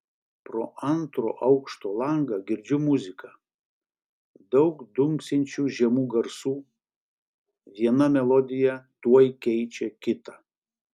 pro antro aukšto langą girdžiu muziką daug dunksinčių žemų garsų viena melodija tuoj keičia kitą